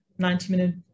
90-minute